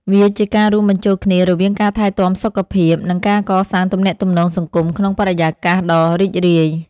វាជាការរួមបញ្ចូលគ្នារវាងការថែទាំសុខភាព និងការកសាងទំនាក់ទំនងសង្គមក្នុងបរិយាកាសដ៏រីករាយ។